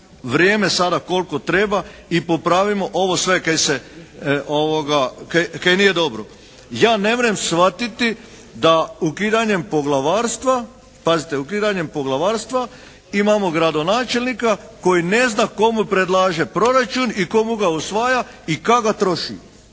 vrijeme sada koliko treba i popravimo ovo sve kaj nije dobro. Ja nemrem shvatiti da ukidanjem poglavarstva, pazite ukidanjem poglavarstva imamo gradonačelnika koji nezna komu predlaže proračun i ko' mu ga usvaja i kak' ga troši.